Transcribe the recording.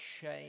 shame